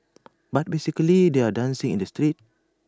but basically they're dancing in the streets